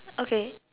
okay